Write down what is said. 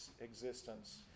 existence